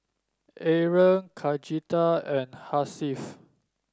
Aaron Khadija and Hasif